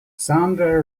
sandra